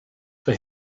for